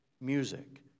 music